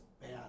bad